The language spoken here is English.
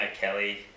Kelly